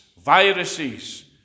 viruses